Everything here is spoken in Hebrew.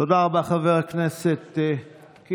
תודה רבה, חבר הכנסת קיש.